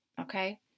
Okay